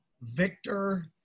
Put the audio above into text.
Victor